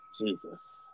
Jesus